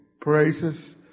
praises